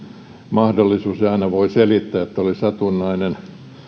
mahdollisuus ja aina voi selittää että oli satunnainen